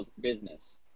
business